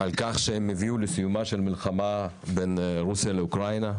על כך שהביאו לסיומה של מלחמה בין רוסיה לאוקראינה.